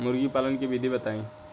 मुर्गी पालन के विधि बताई?